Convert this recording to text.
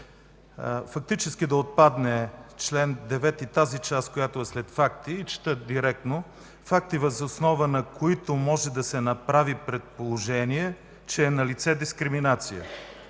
фактически да отпадне тази част, която е след „факти” в чл. 9. Чета: „...факти, въз основа на които може да се направи предположение, че е налице дискриминация”.